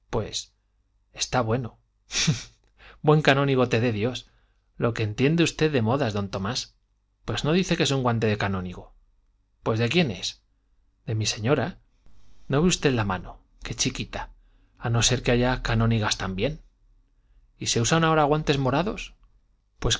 está bueno ja ja ja buen canónigo te dé dios lo que entiende usted de modas don tomás pues no dice que es un guante de canónigo pues de quién es de mi señora no ve usted la mano qué chiquita a no ser que haya canónigas también y se usan ahora guantes morados